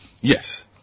Yes